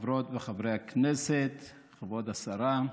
חברות וחברי הכנסת, כבוד השרה,